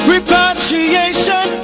Repatriation